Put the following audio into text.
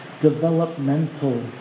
developmental